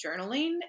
journaling